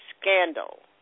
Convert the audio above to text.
Scandal